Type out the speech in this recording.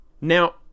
Now